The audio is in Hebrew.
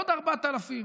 עוד 4,000,